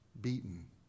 beaten